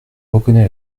reconnais